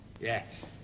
Yes